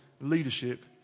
leadership